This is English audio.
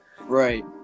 Right